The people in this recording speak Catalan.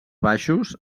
baixos